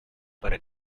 para